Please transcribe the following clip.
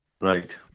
Right